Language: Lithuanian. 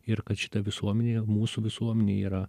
ir kad šita visuomenė mūsų visuomenė yra